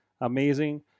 Amazing